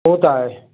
हू त आहे